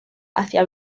hacia